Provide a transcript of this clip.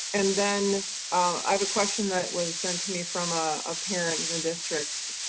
and then i have a questions that was sent to me from ah a parent in the district.